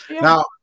Now